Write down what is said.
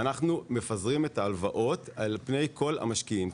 אנחנו מפזרים את ההלוואות על פני כל המשקיעים.